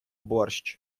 борщ